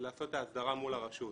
לעשות את ההסדרה מול הרשות.